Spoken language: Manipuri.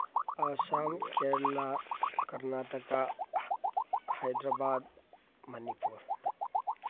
ꯑꯁꯥꯝ ꯀꯦꯔꯦꯂꯥ ꯀꯔꯅꯥꯇꯀꯥ ꯍꯥꯏꯗ꯭ꯔꯕꯥꯠ ꯃꯅꯤꯄꯨꯔ